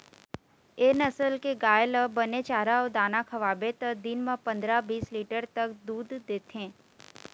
ए नसल के गाय ल बने चारा अउ दाना खवाबे त दिन म पंदरा, बीस लीटर तक दूद देथे